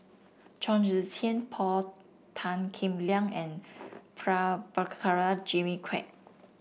Chong Tze Chien Paul Tan Kim Liang and Prabhakara Jimmy Quek